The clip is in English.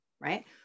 Right